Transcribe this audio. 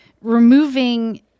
removing